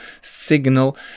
signal